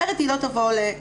אחרת היא לא תעלה לשידור.